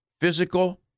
physical